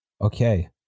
Okay